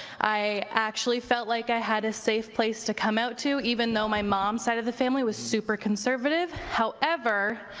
i actually felt like i had a safe place to come out to, even though my mom ease side of the family was super conservative. however,